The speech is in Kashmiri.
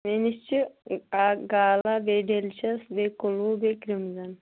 مےٚ نِش چھِ اکھ گاوا بیٚیہِ ڈیٚلشیس بیٚیہِ کُلوٗ بیٚیہِ کٕرٛمزن